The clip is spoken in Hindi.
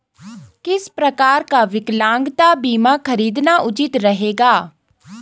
किस प्रकार का विकलांगता बीमा खरीदना उचित रहेगा?